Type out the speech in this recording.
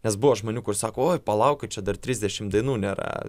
nes buvo žmonių kur sako oi palaukit čia dar trisdešim dainų nėra